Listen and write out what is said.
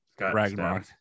Ragnarok